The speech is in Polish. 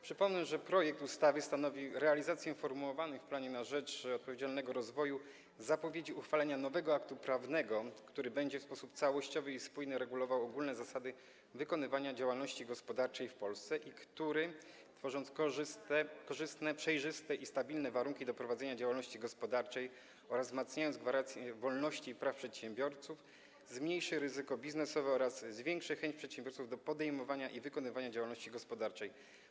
Przypomnę, że projekt ustawy stanowi realizację formułowanych w „Planie na rzecz odpowiedzialnego rozwoju” zapowiedzi uchwalenia nowego aktu prawnego, który będzie w sposób całościowy i spójny regulował ogólne zasady wykonywania działalności gospodarczej w Polsce i który, tworząc korzystne, przejrzyste i stabilne warunki do prowadzenia działalności gospodarczej oraz wzmacniając gwarancje wolności i praw przedsiębiorców, zmniejszy ryzyko biznesowe oraz zwiększy chęć przedsiębiorców do podejmowania i wykonywania działalności gospodarczej.